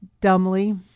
dumbly